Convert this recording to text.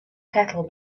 kettle